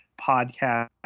podcast